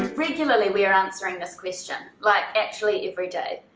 regularly we are answering this question. like actually every day.